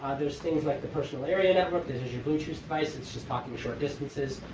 there's things like the personal area network, this is your bluetooth device. it's just talking short distances.